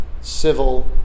civil